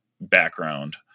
background